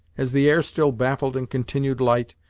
as the air still baffled and continued light,